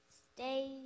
stay